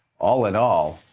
all in all,